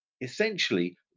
essentially